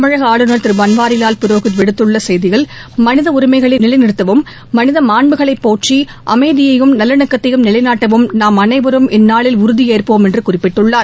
தமிழக ஆளுநர் திரு பள்வாரிலால் புரோஹித் விடுத்துள்ள செய்தியில் மனித உரிமைகளை நிலைநிறுத்திடவும் மனித மாண்புகளைப் போற்றி அமைதியையும் நல்லிணக்கத்தையும் நிலைநாட்டவும் நாம் அனைவரும் இந்நாளில் உறுதியேற்போம் என்று குறிப்பிட்டுள்ளார்